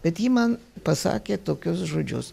bet ji man pasakė tokius žodžius